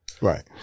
Right